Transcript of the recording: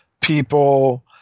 people